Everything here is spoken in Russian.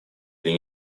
или